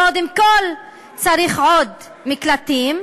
קודם כול צריך עוד מקלטים,